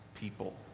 people